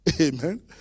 Amen